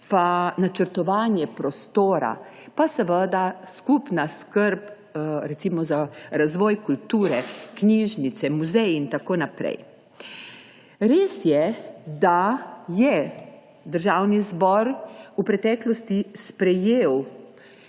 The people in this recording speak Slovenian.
in načrtovanje prostora, pa seveda skupna skrb recimo za razvoj kulture, knjižnice, muzeje in tako naprej. Res je, da je Državni zbor v preteklosti sprejel